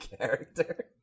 character